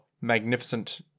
magnificent